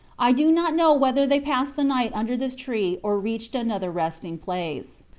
i do not know whether they passed the night under this tree or reached another resting-place.